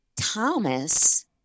Thomas